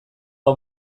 hau